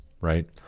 right